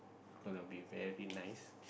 it's gonna be very nice